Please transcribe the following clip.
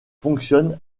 fonctionnent